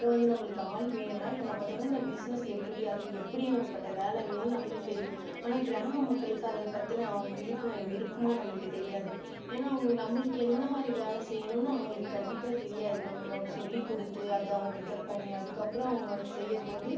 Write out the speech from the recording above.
இப்போ வந்து நமக்கு ஆள் வேணும்ன்னா இப்போ நாம் தொடங்கிற பிஸ்னஸ் எப்படி அதற்கு எப்படிப்பட்ட வேலை வேணும்ன்னு நம்மளுக்குதெரியும் ஆனால் கிராம மக்களுக்கு அதை பற்றிய விழிப்புணர்வு இருக்குமான்னு நமக்கு தெரியாது ஏன்னா அவங்க நமக்கு எந்தமாதிரி வேலை செய்யணும்ன்னு அவங்களுக்கு கண்டிப்பாக தெரியாது நம்மளுக்கு அவங்க சொல்லி கொடுத்து அதை அவங்க பிக்அப் பண்ணி அதற்கப்பறம் அவங்க வந்து செய்யறது வந்து